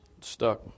Stuck